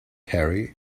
harry